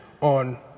on